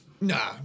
Nah